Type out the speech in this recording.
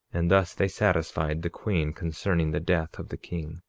and thus they satisfied the queen concerning the death of the king.